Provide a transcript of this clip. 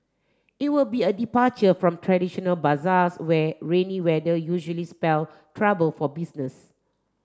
it will be a departure from traditional bazaars where rainy weather usually spell trouble for business